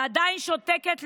ועדיין שותקים,